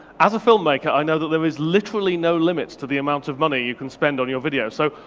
as a filmmaker, i know that there is literally no limits to the amount of money you can spend on your video. so,